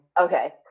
Okay